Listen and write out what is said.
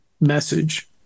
message